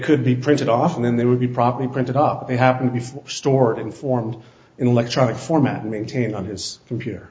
could be printed off and then they would be properly printed up it happened before stored in form and electronic format maintained on his computer